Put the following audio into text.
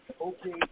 okay